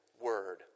word